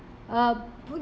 uh